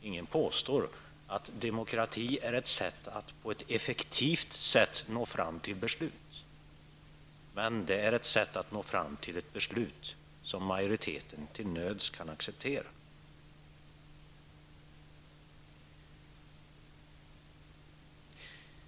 Ingen påstår att demokrati är ett sätt att på ett effektivt sätt nå fram till beslut. Men det är ett sätt att nå fram till ett beslut som majoriteten till nöds kan acceptera.